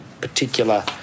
particular